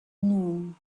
noon